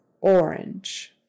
orange